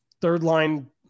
third-line